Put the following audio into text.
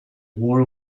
war